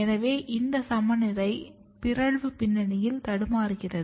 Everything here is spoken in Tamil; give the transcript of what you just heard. எனவே இந்த சமநிலை பிறழ்வு பின்னணியில் தடுமாறுகிறது